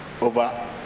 over